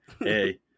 Hey